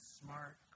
smart